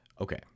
Okay